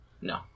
no